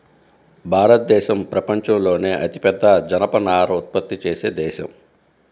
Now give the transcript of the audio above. భారతదేశం ప్రపంచంలోనే అతిపెద్ద జనపనార ఉత్పత్తి చేసే దేశం